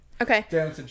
okay